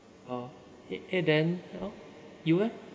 oh it eh then you eh